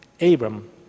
Abram